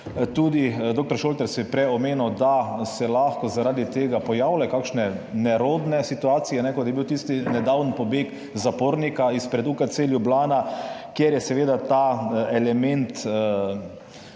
Tudi dr. Šoltes je prej omenil, da bi se lahko zaradi tega pojavile kakšne nerodne situacije, kot je bil tisti nedavni pobeg zapornika izpred UKC Ljubljana, kjer je seveda ta element